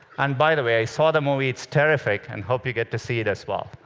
and by the way, i saw the movie. it's terrific. and hope you get to see it as well.